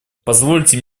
позвольте